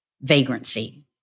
vagrancy